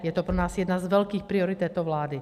Je to pro nás jedna z velkých priorit této vlády.